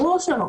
ברור שלא.